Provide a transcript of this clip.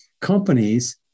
companies